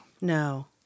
No